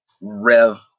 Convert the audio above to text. rev